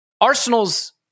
Arsenal's